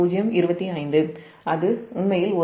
025 அது உண்மையில் ஒரு யூனிட்டுக்கு j10